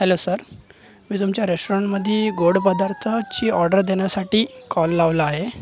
hello sir मी तुमच्या रेटोरेन्टमध्ये गोड पदार्थाची ऑर्डर देण्यासाठी कॉल लावला आहे